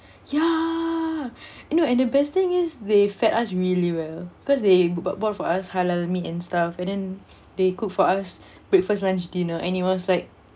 !yay! I know and the best thing is they fed us really well because they bou~ bought for us halal meat and stuff and then they cooked for us breakfast lunch dinner and it was like